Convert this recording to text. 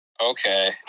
Okay